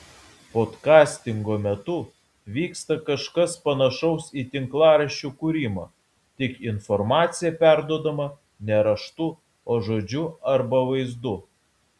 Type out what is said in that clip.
podkastingo metu vyksta kažkas panašaus į tinklaraščių kūrimą tik informacija perduodama ne raštu o žodžiu arba vaizdu